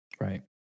Right